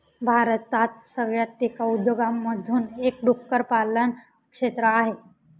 भारतात सगळ्यात टिकाऊ उद्योगांमधून एक डुक्कर पालन क्षेत्र आहे